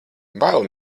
bail